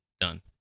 done